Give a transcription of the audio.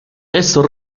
estos